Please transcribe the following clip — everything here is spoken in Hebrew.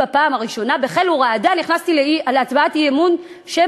בפעם הראשונה נכנסתי להצבעת אי-אמון בחיל וברעדה,